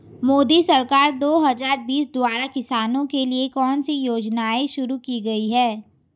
मोदी सरकार दो हज़ार बीस द्वारा किसानों के लिए कौन सी योजनाएं शुरू की गई हैं?